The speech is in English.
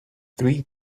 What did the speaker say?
three